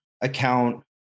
account